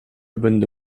będę